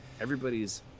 everybody's